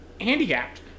handicapped